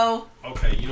Okay